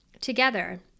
together